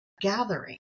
gathering